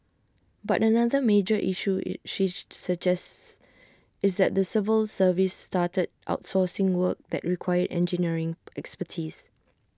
but another major issue she suggests is that the civil service started outsourcing work that required engineering expertise